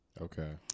Okay